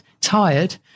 Tired